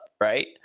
Right